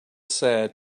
sad